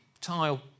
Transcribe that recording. tile